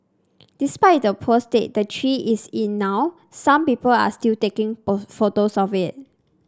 despite the poor state the tree is in now some people are still taking of photos of it